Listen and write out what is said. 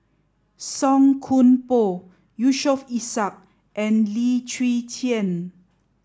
Song Koon Poh Yusof Ishak and Lim Chwee Chian